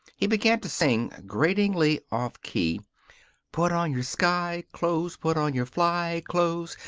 he began to sing, gratingly off key put on your sky clothes, put on your fly clothes,